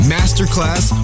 Masterclass